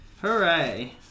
Hooray